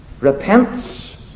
repents